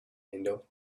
window